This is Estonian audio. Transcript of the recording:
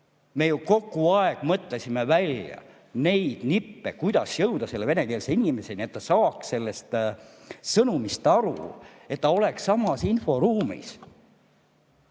me ju kogu aeg mõtlesime välja nippe, kuidas jõuda ka venekeelsete inimesteni, et nad saaks sõnumitest aru, et nad oleks samas inforuumis.